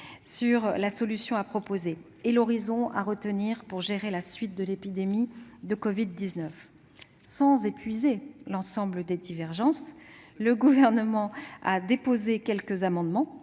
sur la solution à proposer et l'horizon à retenir pour gérer la suite de l'épidémie de covid-19. Sans épuiser l'ensemble des divergences, ... C'est sûr !... le Gouvernement a déposé plusieurs amendements